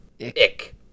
Ick